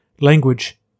language